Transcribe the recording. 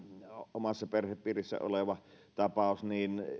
omassa perhepiirissäni olevassa tapauksessa